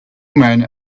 men